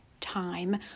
time